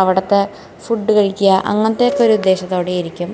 അവിടത്തെ ഫുഡ്ഡ് കഴിക്കാം അങ്ങനത്തക്കൊരു ഉദ്ദേശത്തോടെയായിരിക്കും